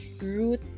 Root